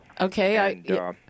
Okay